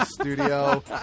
studio